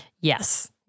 Yes